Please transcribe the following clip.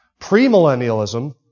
Premillennialism